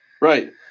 Right